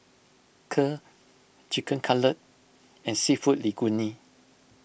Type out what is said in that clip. Kheer Chicken Cutlet and Seafood Linguine